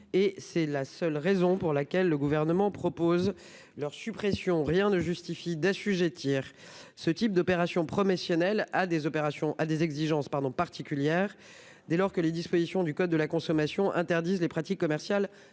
C'est la raison pour laquelle le présent amendement tend à les supprimer. Rien ne justifie d'assujettir ce type d'opération promotionnelle à des exigences particulières, dès lors que les dispositions du code de la consommation interdisent les pratiques commerciales